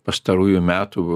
pastarųjų metų